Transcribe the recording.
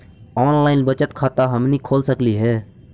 Online बचत खाता हमनी खोल सकली हे?